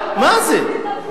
מה זה?